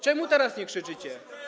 Czemu teraz nie krzyczycie?